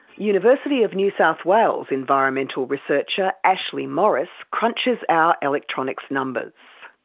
university of new south wales environmental researcher ashleigh morris crunches our electronics numbers.